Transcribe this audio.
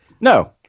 No